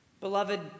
Beloved